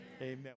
amen